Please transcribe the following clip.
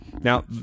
Now